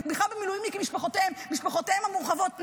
לתמיכה במילואימניקים ולמשפחותיהם המורחבות,